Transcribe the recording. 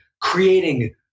creating